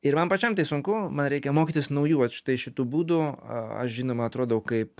ir man pačiam tai sunku man reikia mokytis naujų vat štai šitų būdų aš žinoma atrodau kaip